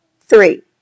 three